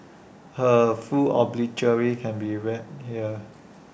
her full obituary can be read here